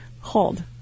hold